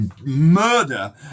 murder